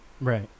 Right